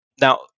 now